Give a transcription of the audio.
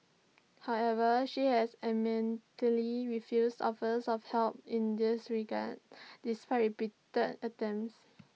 however she has adamantly refused offers of help in this regard despite repeated attempts